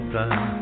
time